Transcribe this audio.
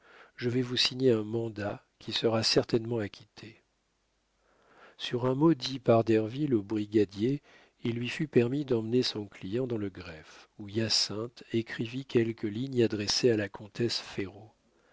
je vais vous signer un mandat qui sera certainement acquitté sur un mot dit par derville au brigadier il lui fut permis d'emmener son client dans le greffe où hyacinthe écrivit quelques lignes adressées à la comtesse ferraud